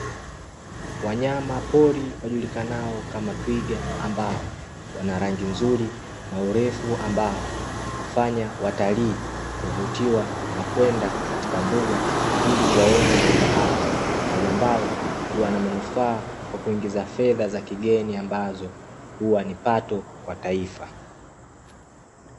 Wanyamapori wajulikanao kama twiga, ambao wana rangi nzuri na urefu ambao hufanya watalii kuvutiwa na kwenda katika mbuga ili kuwaona wanyama hao, hali ambayo huwa na manufaa kwa kuingiza fedha za kigeni ambazo huwa ni pato kwa taifa.